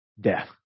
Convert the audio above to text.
Death